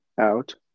out